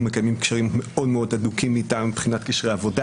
אנחנו מקיימים קשרים מאוד מאוד הדוקים איתה מבחינת קשרי עבודה,